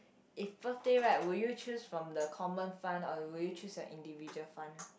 if birthday right will you choose from the common fund or will you choose the individual fund